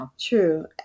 True